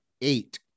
eight